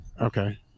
Okay